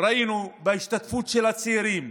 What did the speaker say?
ראינו את ההשתתפות של הצעירים,